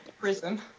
prison